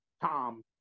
Tom